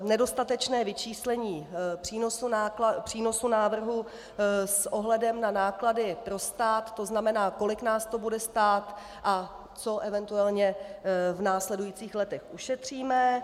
Nedostatečné vyčíslení přínosu návrhu s ohledem na náklady pro stát, to znamená, kolik nás to bude stát a co eventuálně v následujících letech ušetříme.